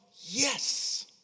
yes